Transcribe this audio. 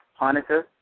Hanukkah